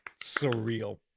Surreal